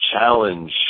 challenge